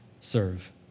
serve